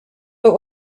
but